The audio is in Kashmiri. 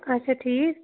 اچھا ٹھیٖک